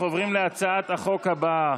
אנחנו עוברים להצעת החוק הבאה,